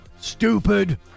Stupid